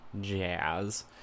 jazz